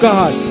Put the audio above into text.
God